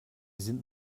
sind